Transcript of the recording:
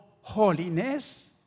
holiness